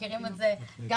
כך גם באשקלון,